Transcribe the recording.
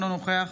אינו נוכח